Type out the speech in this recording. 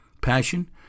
passion